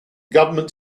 government